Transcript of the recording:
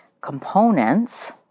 components